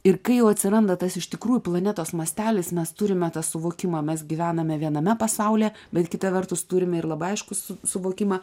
ir kai jau atsiranda tas iš tikrųjų planetos mastelis mes turime tą suvokimą mes gyvename viename pasaulyje bet kita vertus turime ir labai aiškų su suvokimą